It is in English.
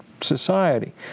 society